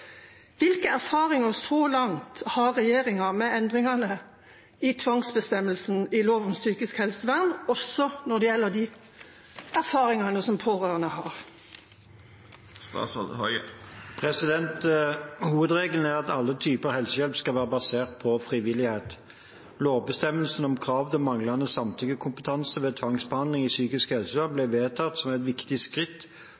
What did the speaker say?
Hvilke erfaringer så langt har regjeringen med endringene i tvangsbestemmelsene i lov om psykisk helsevern, også når det gjelder erfaringer pårørende har?» Hovedregelen er at alle typer helsehjelp skal være basert på frivillighet. Lovbestemmelsen om krav til manglende samtykkekompetanse ved tvangsbehandling i psykisk helsevern